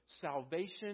salvation